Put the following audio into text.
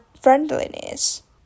friendliness